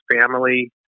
family